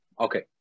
Okay